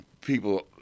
people